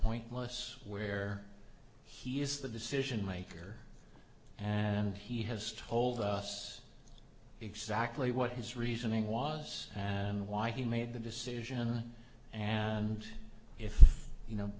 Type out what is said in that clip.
pointless where he is the decision maker and he has told us exactly what his reasoning was and why he made the decision and if you know